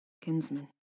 Kinsman